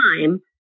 time